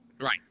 right